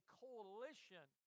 coalition